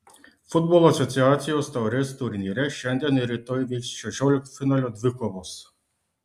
futbolo asociacijos taurės turnyre šiandien ir rytoj vyks šešioliktfinalio dvikovos